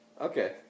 Okay